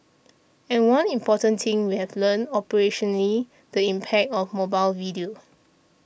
and one important thing we have learnt operationally the impact of mobile video